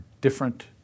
different